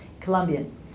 Colombian